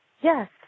yes